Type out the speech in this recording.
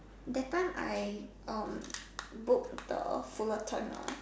that time I book the Fullerton one